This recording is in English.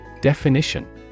Definition